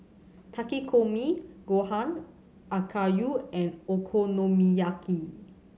Takikomi Gohan Okayu and Okonomiyaki